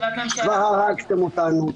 כבר הרגתם אותנו.